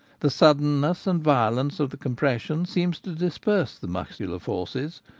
the sudden ness and violence of the compression seem to disperse the muscular forces,